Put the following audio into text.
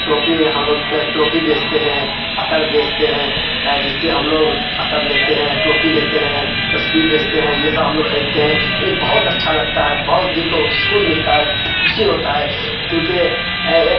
ٹوپی ہے ہم لوگ ٹوپی بیچتے ہیں عطر بیچتے ہیں جس سے ہم لوگ عطر لیتے ہیں ٹوپی لیتے ہیں تسبیح بیچتے ہیں یہ سب ہم لوگ خریدتے ہیں یعنی بہت اچھا لگتا ہے بہت دل کو سکون ملتا ہے خوشی ہوتا ہے کیونکہ ایک